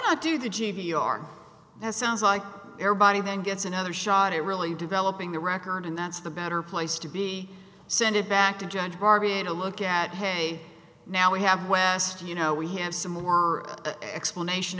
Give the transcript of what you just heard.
not do the j v are that sounds like everybody then gets another shot at really developing the record and that's the better place to be send it back to judge darby and a look at hey now we have west you know we have some more explanation